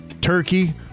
turkey